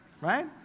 right